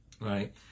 Right